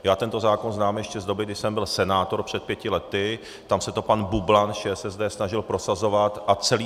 Já tento zákon znám ještě z doby, kdy jsem byl senátor před pěti lety, tam se to pan Bublan z ČSSD snažil prosazovat a celý